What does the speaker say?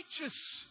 righteous